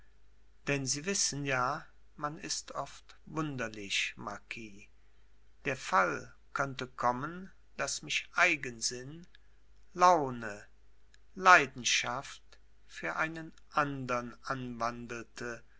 denn sie wissen ja man ist oft wunderlich marquis der fall könnte kommen daß mich eigensinn laune leidenschaft für einen andern anwandelte